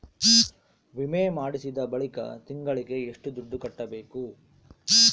ವಿಮೆ ಮಾಡಿಸಿದ ಬಳಿಕ ತಿಂಗಳಿಗೆ ಎಷ್ಟು ದುಡ್ಡು ಕಟ್ಟಬೇಕು?